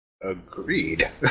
Agreed